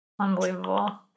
Unbelievable